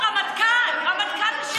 לא יאומן, רמטכ"ל, רמטכ"ל לשעבר.